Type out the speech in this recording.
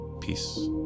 Peace